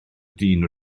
dyn